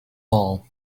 all